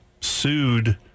sued